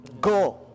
Go